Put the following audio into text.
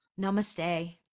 Namaste